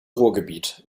ruhrgebiet